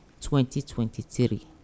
2023